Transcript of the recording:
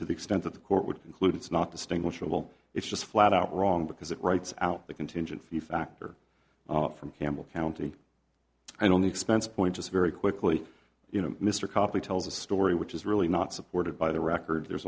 to the extent that the court would include it's not distinguishable it's just flat out wrong because it writes out the contingent fee factor from campbell county and on the expense point just very quickly you know mr copley tells a story which is really not supported by the record there's